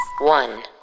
One